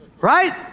right